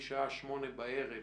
מהשעה 8 בערב